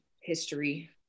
history